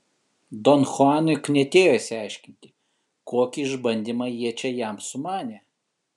don chuanui knietėjo išsiaiškinti kokį išbandymą jie čia jam sumanė